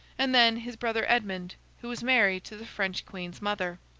and then his brother edmund, who was married to the french queen's mother.